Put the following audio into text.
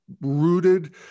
rooted